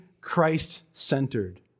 Christ-centered